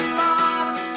lost